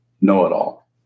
know-it-all